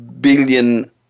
billion